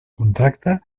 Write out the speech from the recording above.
contracte